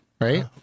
Right